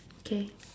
okay